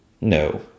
No